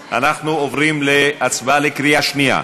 70). אנחנו עוברים להצבעה בקריאה שנייה.